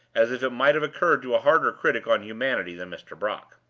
as it might have occurred to a harder critic on humanity than mr. brock.